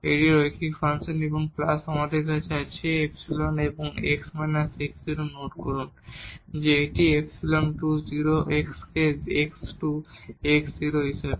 এটি রৈখিক ফাংশন এবং প্লাস আমাদের আছে ϵ এবং এই x − x0 নোট করুন যে এই ϵ → 0 x কে x → x0 হিসাবে